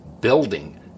Building